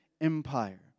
empire